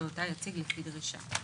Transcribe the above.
שאותה יציג לפי דרישה.